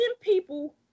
people